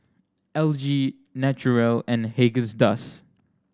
L G Naturel and Haagen's Dazs